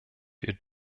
wir